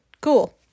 cool